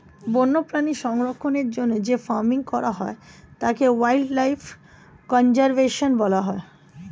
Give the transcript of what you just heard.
বন্যপ্রাণী সংরক্ষণের জন্য যে ফার্মিং করা হয় তাকে ওয়াইল্ড লাইফ কনজার্ভেশন বলা হয়